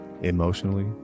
Emotionally